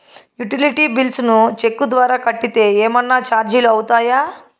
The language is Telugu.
యుటిలిటీ బిల్స్ ను చెక్కు ద్వారా కట్టితే ఏమన్నా చార్జీలు అవుతాయా?